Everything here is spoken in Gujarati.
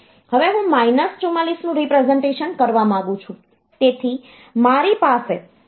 હવે હું માઈનસ 44 નું રીપ્રેસનટેશન કરવા માંગુ છું તેથી મારી પાસે વધુ એક અંક હોવો જોઈએ